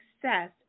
success